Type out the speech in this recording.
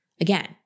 Again